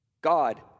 God